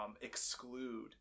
exclude